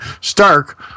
Stark